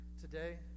Today